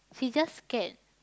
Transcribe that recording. she just scared